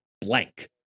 blank